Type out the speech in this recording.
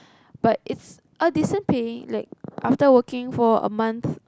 but is a decent pay like after working for a month